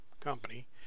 company